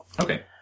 Okay